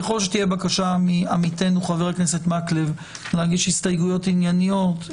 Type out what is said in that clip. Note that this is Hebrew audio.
ככל שתהיה בקשה מעמיתנו חבר הכנסת מקלב להגיש הסתייגויות ענייניות,